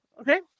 Okay